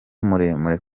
muremure